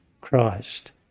Christ